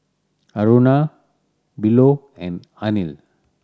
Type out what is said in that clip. Aruna Bellur and Anil